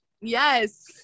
Yes